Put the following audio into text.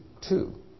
two